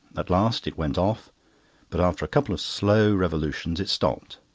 at last it went off but after a couple of slow revolutions it stopped.